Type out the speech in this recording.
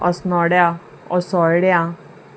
असनोड्या असोळड्यां